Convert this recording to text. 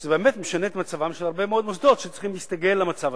שזה באמת משנה את מצבם של הרבה מאוד מוסדות שצריכים להסתגל לזה.